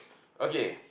okay